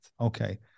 Okay